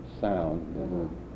sound